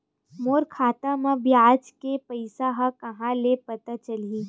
मोर खाता म ब्याज के पईसा ह कहां ले पता चलही?